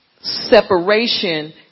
separation